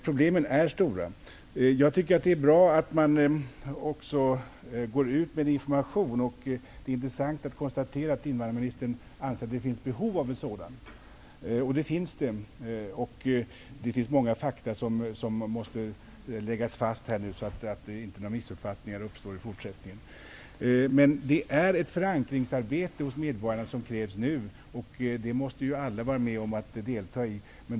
Problemen är alltså stora. Jag tycker att det är bra att man även går ut med information. Det är intressant att konstatera att invandrarministern anser att det finns behov av sådan. Det finns det. Det finns många fakta som måste läggas fast, så att inte några missuppfattningar uppstår i fortsättningen. Det krävs att man gör ett förankringsarbete hos medborgarna nu. Det måste alla delta i.